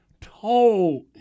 told